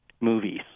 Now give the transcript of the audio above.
movies